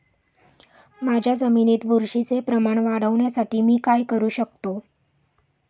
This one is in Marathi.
माझ्या जमिनीत बुरशीचे प्रमाण वाढवण्यासाठी मी काय करू शकतो?